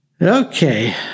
Okay